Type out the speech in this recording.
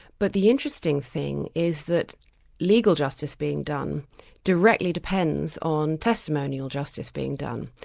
but the interesting thing is that legal justice being done directly depends on testimony or justice being done.